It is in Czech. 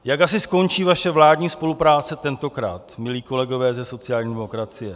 Jak asi skončí vaše vládní spolupráce tentokrát, milí kolegové ze sociální demokracie?